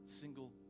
single